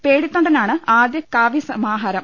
പേടിത്തൊണ്ടനാണ് ആദ്യ കാവ്യ സമാഹാരം